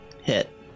Hit